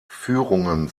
führungen